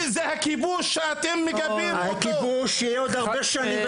הכיבוד יהיה עוד הרבה שנים,